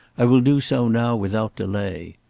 i will do so now without delay.